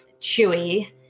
chewy